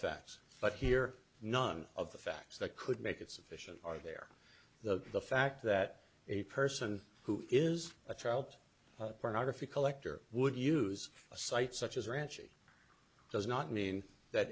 facts but here none of the facts that could make it sufficient are there the fact that a person who is a child pornography collector would use a site such as ranchi does not mean that